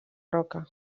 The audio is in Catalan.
roca